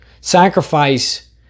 sacrifice